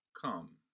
come